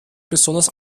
besonders